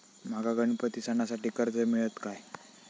माका गणपती सणासाठी कर्ज मिळत काय?